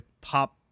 pop